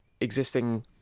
existing